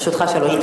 לרשותך שלוש דקות.